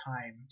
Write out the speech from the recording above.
time